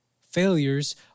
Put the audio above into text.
Failures